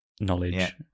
knowledge